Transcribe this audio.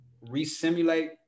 re-simulate